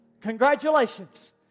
Congratulations